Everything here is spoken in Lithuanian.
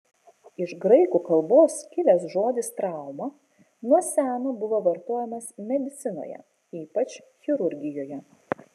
iš graikų kalbos kilęs žodis trauma nuo seno buvo vartojamas medicinoje ypač chirurgijoje